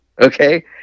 okay